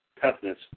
toughness